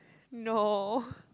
no